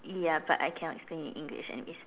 ya but I cannot explain it in English anyway